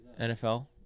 NFL